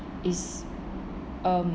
is um